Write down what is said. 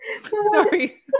Sorry